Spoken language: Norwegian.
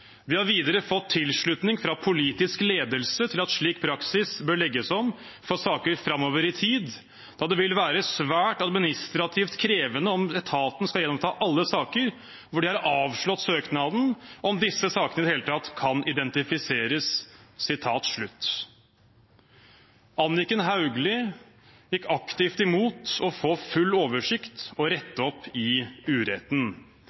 politisk ledelse hadde gitt tilslutning til at «slik praksis bør legges om for saker fremover i tid , da det vil være svært administrativt krevende om etaten skal gjenoppta alle saker hvor de har avslått søknaden, om disse sakene i det hele tatt kan identifiseres». Anniken Hauglie gikk aktivt imot å få full oversikt og rette opp i uretten.